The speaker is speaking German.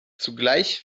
zugleich